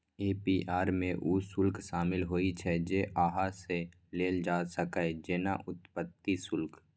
APR मे ऊ शुल्क शामिल होइ छै, जे अहां सं लेल जा सकैए, जेना उत्पत्ति शुल्क